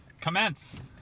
Commence